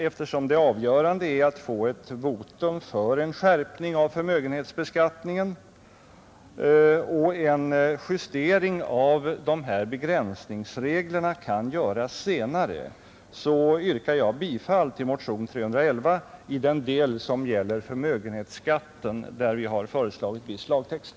Eftersom det avgörande är att få ett votum för en skärpning av förmögenhetsbeskattningen, och en justering av begränsningsreglerna kan göras senare, yrkar jag bifall till motionen 311 i den del 147 som gäller förmögenhetsskatten, där vi har föreslagit viss lagtext.